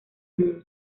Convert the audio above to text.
mundo